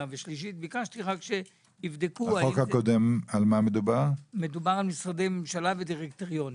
והשלישית בו מדובר על משרדי ממשלה ודירקטוריונים.